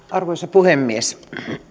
arvoisa puhemies